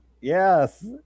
yes